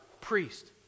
priest